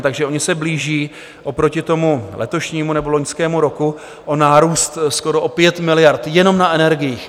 Takže oni se blíží oproti tomu letošnímu nebo loňskému roku o nárůst skoro o 5 miliard jenom na energiích.